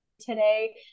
today